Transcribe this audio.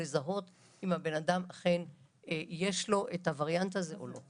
לזהות אם יש לבן אדם הווריאנט הזה או לא.